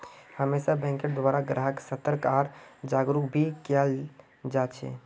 हमेशा बैंकेर द्वारा ग्राहक्क सतर्क आर जागरूक भी कियाल जा छे